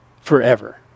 forever